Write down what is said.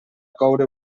coure